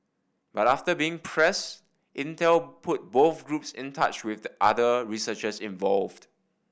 but after being pressed Intel put both groups in touch with the other researchers involved